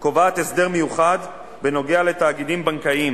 קובעת הסדר מיוחד בנוגע לתאגידים בנקאיים